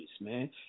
man